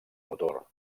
motor